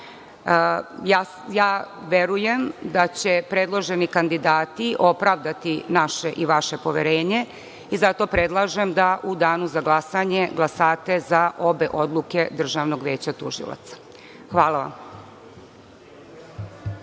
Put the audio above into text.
tužilaštva. Verujem da će predloženi kandidati opravdati naše i vaše poverenje i zato predlažem da u danu za glasanje glasate za obe odluke Državnog veća tužilaca. Hvala vam.